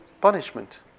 punishment